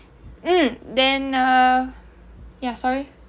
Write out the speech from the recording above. mm then uh ya sorry